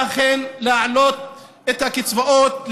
ואכן להעלות את הקצבאות,